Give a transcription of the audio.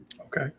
Okay